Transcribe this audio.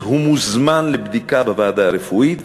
הוא מוזמן לבדיקה בוועדה הרפואית,